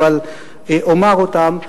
אבל אומר אותם,